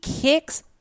kicks